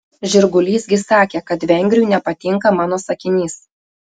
žirgulys gi sakė kad vengriui nepatinka mano sakinys